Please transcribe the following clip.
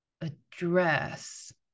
address